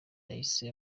yahise